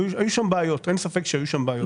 היו שם בעיות, אין ספק שהיו שם בעיות.